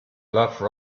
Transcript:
love